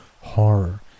horror